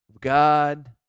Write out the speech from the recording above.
God